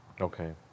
Okay